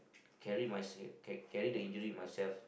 carry my s~ carry the injury myself